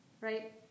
right